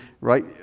right